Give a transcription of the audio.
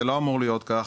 זה לא אמור להיות כך.